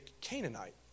Canaanite